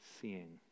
seeing